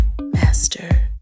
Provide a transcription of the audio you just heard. Master